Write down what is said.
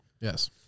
Yes